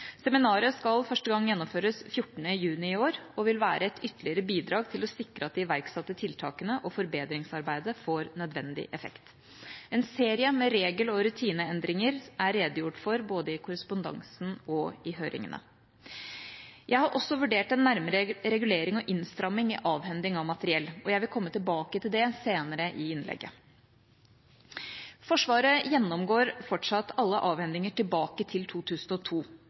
Seminaret skal første gang gjennomføres 14. juni i år og vil være et ytterligere bidrag til å sikre at de iverksatte tiltakene og forbedringsarbeidet får nødvendig effekt. En serie med regel- og rutineendringer er redegjort for både i korrespondansen og i høringene. Jeg har også vurdert en nærmere regulering og innstramming i avhending av materiell, og jeg vil komme tilbake til det senere i innlegget. Forsvaret gjennomgår fortsatt alle avhendinger tilbake til 2002.